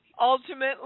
ultimately